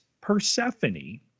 Persephone